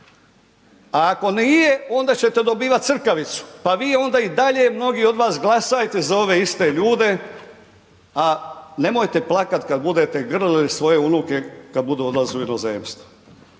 a ako nije onda ćete dobivat crkavicu pa vi onda i dalje, mnogi od vas glasajte za ove iste ljude, a nemojte plakati kad budete grlili svoje unuke kad budu odlazili u inozemstvo.